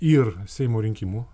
ir seimo rinkimų